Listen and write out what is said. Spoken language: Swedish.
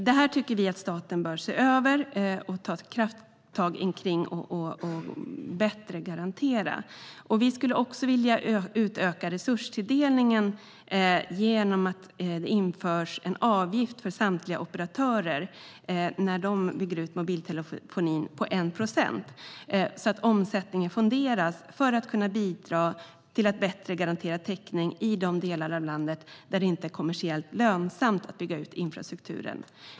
Vi tycker att staten bör se över detta, ta ett krafttag om det och ge bättre garantier. Vi skulle också vilja utöka resurstilldelningen genom att införa en avgift på 1 procent för samtliga operatörer när de bygger ut mobiltelefonin. Omsättningen skulle då fonderas för att kunna bidra till en bättre garanti för täckning i de delar av landet där det inte är kommersiellt lönsamt att bygga ut infrastrukturen.